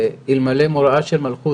אלמלא מוראה של מלכות,